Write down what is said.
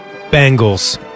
Bengals